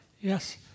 Yes